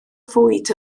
fwyd